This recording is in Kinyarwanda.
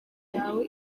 yawe